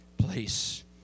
place